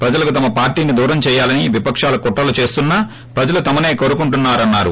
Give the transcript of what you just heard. ప్రజలకు తమ పార్టీని దూరం చేయాలని విపశాలు కుట్రలు చేస్తున్న ప్రజలు తమనే కోరుకుంటు అన్నారు